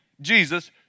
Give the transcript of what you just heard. Jesus